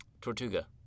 Tortuga